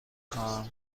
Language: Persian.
خواهم